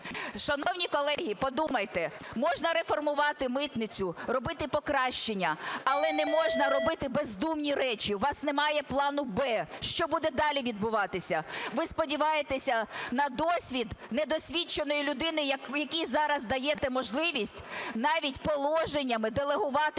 Шановні колеги, подумайте, можна реформувати митницю, робити покращення, але не можна робити бездумні речі, у вас немає плану "Б". Що буде далі відбуватися? Ви сподіваєтеся на досвід недосвідченої людини, якій зараз даєте можливість навіть положеннями делегувати